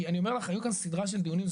כי אני אומר לך, היו שם סדרה של דיונים.